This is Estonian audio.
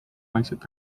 vaikselt